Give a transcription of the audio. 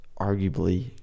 arguably